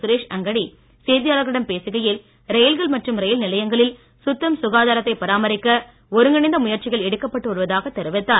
சுரேஷ் அங்கடி செய்தியாளர்களிடம் பேசுகையில் ரயில்கள் மற்றும் ரயில் நிலையங்களில் சுத்தம் சுகாதாரத்தைப் பராமரிக்க ஒருங்கிணைந்த முயற்சிகள் எடுக்கப்பட்டு வருவதாகத் தெரிவித்தார்